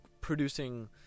producing